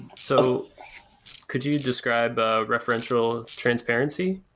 so could you describe a referential transparency?